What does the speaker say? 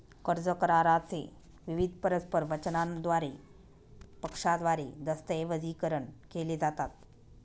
कर्ज करारा चे विविध परस्पर वचनांद्वारे पक्षांद्वारे दस्तऐवजीकरण केले जातात